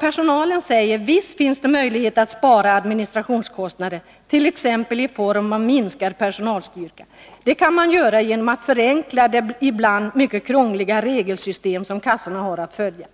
Personalen säger: Det finns möjlighet att nedbringa administrationskostnaderna, t.ex. genom att minska personalstyrkan — och det kan man göra genom att förenkla det ibland mycket krångliga regelsystem som kassorna har att följa.